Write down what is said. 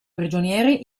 prigionieri